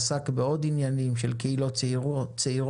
עסק בעוד עניינים של קהילות צעירות,